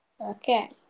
Okay